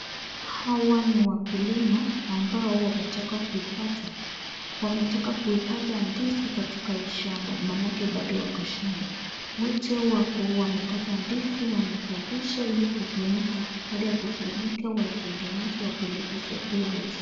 Hawa ni wakulima ambao wametoka kuikata. Wametoka kuikata ndizi katika hii shamba maanake bado wako shamba. Wote wako wamekata ndizi wanaitarisha ili kufunika. Baada ya kufunika wataitengeneza wapeleke soko la kuuza.